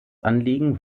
anliegen